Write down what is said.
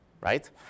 right